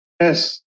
Yes